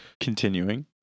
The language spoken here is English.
Continuing